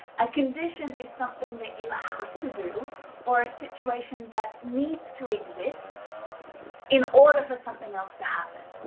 a condition is something that you have to do or a situation that needs to exist in order for something else to happen.